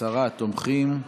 עשרה תומכים.